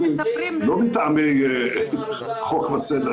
לא מטעמי חוק וסדר,